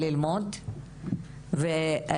אני רוצה מהמשטרה